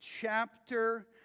chapter